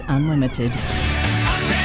Unlimited